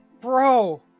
Bro